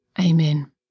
Amen